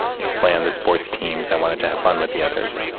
you know, play on the sports teams. i wanted to have fun with the others,